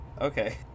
Okay